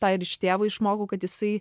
tą ir iš tėvo išmokau kad jisai